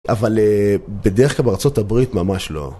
אבל בדרך כלל בארצות הברית ממש לא.